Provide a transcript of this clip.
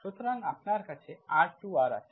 সুতরাং আপনার কাছে R→R আছে